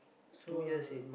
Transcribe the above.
so will